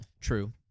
True